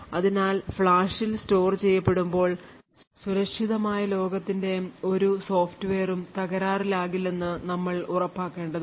അതിനാൽ ഫ്ലാഷിൽ store ചെയ്യപ്പെടുമ്പോൾ സുരക്ഷിതമായ ലോകത്തിന്റെ ഒരു സോഫ്റ്റ്വെയറും തകരാറിലാകില്ലെന്ന് നമ്മൾ ഉറപ്പാക്കേണ്ടതുണ്ട്